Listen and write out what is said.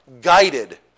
guided